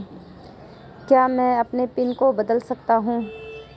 क्या मैं अपने पिन को बदल सकता हूँ?